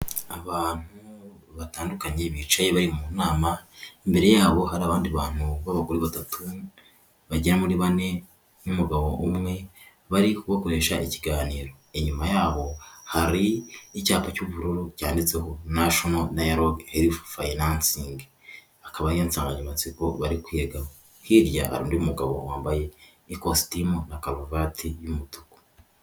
Abantu batandukanye bicaye bari mu nama imbere yabo hari abandi bantu b'abagore batatu bagera muri bane n'umugabo umwe bari bakoresha ikiganiro inyuma yabo hari icyapa cy'ubururu cyanditseho national nairok eve finansing akaba insanganyamatsiko bari kwiga hirya hari undi mugabo wambaye ikositimu na karuvati y'umutuku.